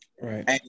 Right